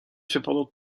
cependant